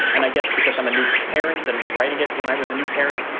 and i guess because i'm a new parent and was writing it when i was a new parent,